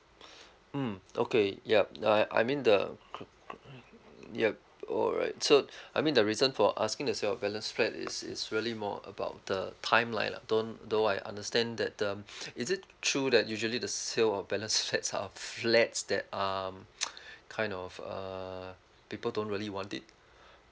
hmm okay yup I I mean the c~ c~ yup alright so I mean the reason for asking the sale of balance flat is is really more about the timeline lah don't though I understand that um is it true that usually the sale of balance flats are flats that um kind of uh people don't really want it